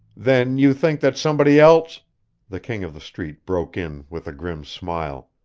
then you think that somebody else the king of the street broke in with a grim smile.